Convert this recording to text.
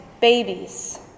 babies